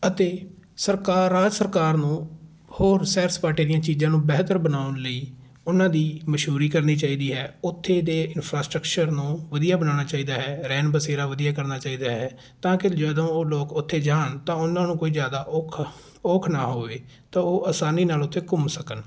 ਅਤੇ ਸਰਕਾਰਾਂ ਸਰਕਾਰ ਨੂੰ ਹੋਰ ਸੈਰ ਸਪਾਟੇ ਦੀਆਂ ਚੀਜ਼ਾਂ ਨੂੰ ਬਿਹਤਰ ਬਣਾਉਣ ਲਈ ਉਹਨਾਂ ਦੀ ਮਸ਼ਹੂਰੀ ਕਰਨੀ ਚਾਹੀਦੀ ਹੈ ਉੱਥੇ ਦੇ ਇੰਨਫਰਾਸਕਚਰ ਨੂੰ ਵਧੀਆ ਬਣਾਉਣਾ ਚਾਹੀਦਾ ਹੈ ਰੈਣ ਬਸੇਰਾ ਵਧੀਆ ਕਰਨਾ ਚਾਹੀਦਾ ਹੈ ਤਾਂ ਕਿ ਜਦੋਂ ਉਹ ਲੋਕ ਉੱਥੇ ਜਾਣ ਤਾਂ ਉਹਨਾਂ ਨੂੰ ਕੋਈ ਜ਼ਿਆਦਾ ਔਖਾ ਔਖ ਨਾ ਹੋਵੇ ਤਾਂ ਉਹ ਅਸਾਨੀ ਨਾਲ ਉੱਥੇ ਘੁੰਮ ਸਕਣ